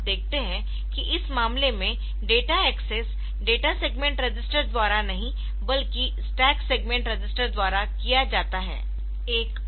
तो आप देखते है कि इस मामले में data access data segment register द्वारा नहीं बल्कि स्टैक सेगमेंट रजिस्टर द्वारा किया जाता है